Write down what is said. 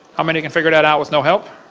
how many can figure it out out with no help?